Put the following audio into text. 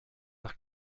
nach